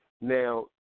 Now